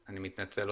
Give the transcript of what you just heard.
אני מתנצל.